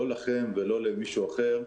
לא לכם ולא למישהו אחר,